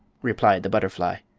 replied the butterfly.